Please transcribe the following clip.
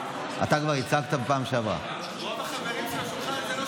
זה מה שהם אומרים לכם.